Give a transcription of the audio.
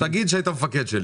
תגיד שהיית המפקד שלי.